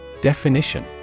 Definition